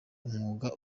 umwuga